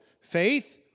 faith